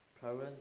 parents